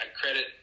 credit